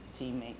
Teammate